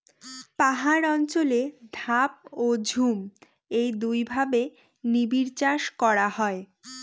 পাহাড় অঞ্চলে ধাপ ও ঝুম এই দুইভাবে নিবিড়চাষ করা হয়